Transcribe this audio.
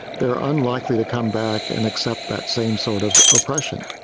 they are unlikely to come back and accept that same sort of oppression,